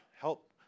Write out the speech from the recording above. help